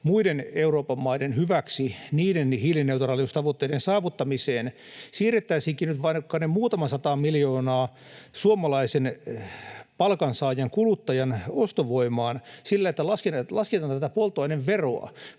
muiden Euroopan maiden hyväksi — niiden hiilineutraaliustavoitteiden saavuttamiseen — siirrettäisiinkin nyt vaikka ne muutama sata miljoonaa suomalaisen palkansaajan, kuluttajan ostovoimaan siten, että lasketaan tätä polttoaineveroa?